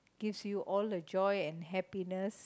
gives you all the joy and happiness